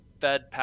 Fed